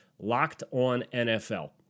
LockedOnNFL